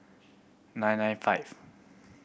nine nine five